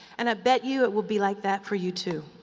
and i bet you it will be like that for you too.